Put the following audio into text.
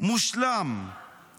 "מושלם";